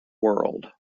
world